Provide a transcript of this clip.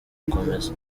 gukomeza